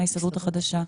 מההסתדרות החדשה.